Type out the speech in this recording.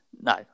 No